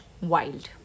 Wild